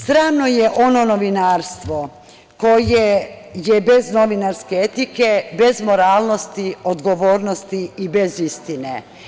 Sramno je ono novinarstvo koje je bez novinarske etike, bez moralnosti, odgovornosti i bez istine.